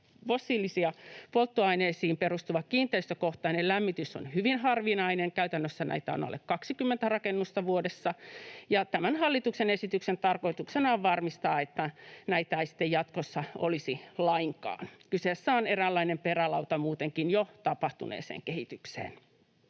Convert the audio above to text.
fossiilisiin polttoaineisiin perustuva kiinteistökohtainen lämmitys on hyvin harvinainen — käytännössä näitä on alle 20 rakennusta vuodessa — ja tämän hallituksen esityksen tarkoituksena on varmistaa, että näitä ei sitten jatkossa olisi lainkaan. Kyseessä on eräänlainen perälauta muutenkin jo tapahtuneeseen kehitykseen.